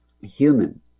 human